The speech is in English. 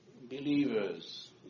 believers